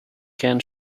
ken